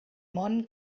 món